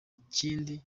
kindi